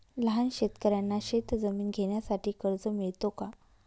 लहान शेतकऱ्यांना शेतजमीन घेण्यासाठी कर्ज मिळतो का?